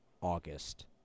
August